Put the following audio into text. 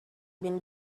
been